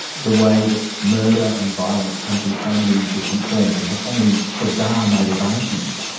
the way that murder and violence comes in so many different forms, and has so many bizarre motivations.